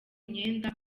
myenda